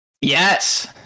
Yes